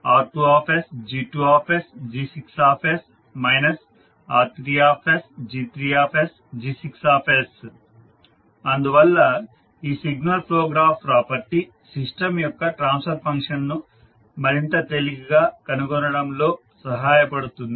ఆందువల్ల ఈ signal flow graph property system యొక్క transfer function ను మరింత తేలికగా కనుగొనడంలో సహాయపడుతుంది